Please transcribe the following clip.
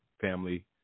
family